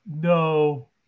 No